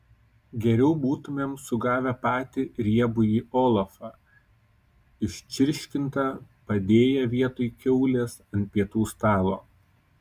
geriau būtumėm sugavę patį riebųjį olafą iščirškintą padėję vietoj kiaulės ant pietų stalo